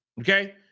okay